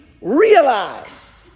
realized